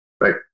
right